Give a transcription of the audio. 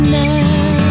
now